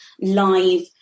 live